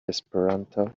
esperanto